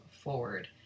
forward